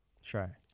sure